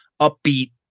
upbeat